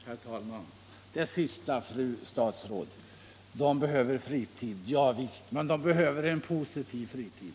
Herr talman! Ja visst, fru statsråd, behöver barnen fritid. Men de behöver en positiv fritid.